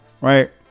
Right